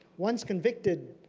once convicted